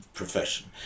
profession